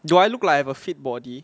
do I look like I have a fit body